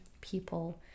people